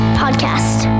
podcast